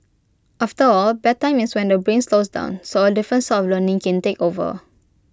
after all bedtime is when the brain slows down so A different sort of learning can take over